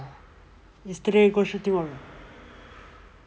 yesterday go சுத்துவான்:sutthuvaan